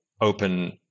open